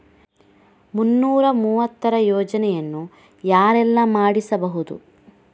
ಮುನ್ನೂರ ಮೂವತ್ತರ ಯೋಜನೆಯನ್ನು ಯಾರೆಲ್ಲ ಮಾಡಿಸಬಹುದು?